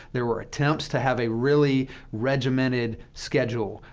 there were attempts to have a really regimented schedule,